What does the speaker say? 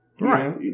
Right